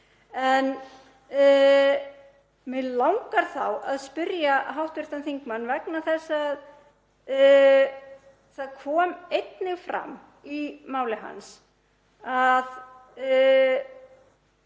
Mig langar þá að spyrja hv. þingmann, vegna þess að það kom einnig fram í máli hans að